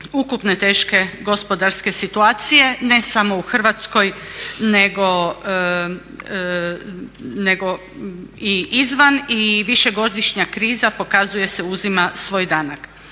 ukupne teške gospodarske situacije ne samo u Hrvatskoj nego i izvan i višegodišnja kriza pokazuje se uzima svoj danak.